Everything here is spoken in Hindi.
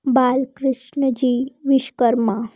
बाल कृष्ण जी विश्वकर्मा